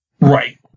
Right